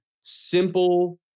simple